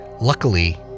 luckily